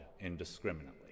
indiscriminately